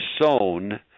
sown